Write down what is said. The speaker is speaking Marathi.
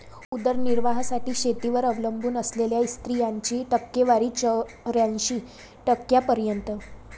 उदरनिर्वाहासाठी शेतीवर अवलंबून असलेल्या स्त्रियांची टक्केवारी चौऱ्याऐंशी टक्क्यांपर्यंत